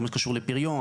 מה שקשור לפריון,